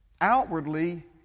outwardly